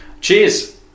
Cheers